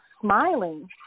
Smiling